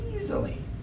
easily